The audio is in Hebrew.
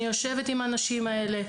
אני יושבת עם הנשים האלה.